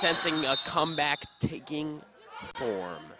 sensing a comeback taking form